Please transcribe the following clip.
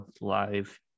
live